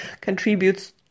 contributes